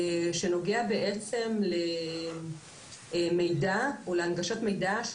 שנוגע בעצם למידע או להנגשת מידע של